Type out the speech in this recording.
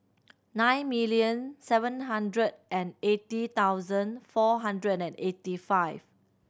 nine million seven hundred and eighty thousand four hundred and eighty five